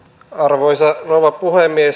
arvoisa rouva puhemies